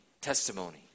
testimony